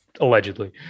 Allegedly